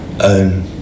own